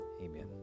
Amen